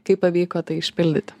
kaip pavyko tai išpildyti